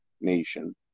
nation